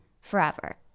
forever